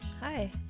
Hi